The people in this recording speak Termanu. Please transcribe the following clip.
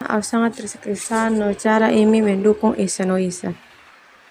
Au sangat terkesan no cara emi mendukung esa no esa.